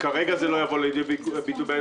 כרגע זה לא יבוא לידי ביטוי.